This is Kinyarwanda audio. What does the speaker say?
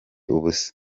ubusa